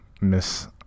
Miss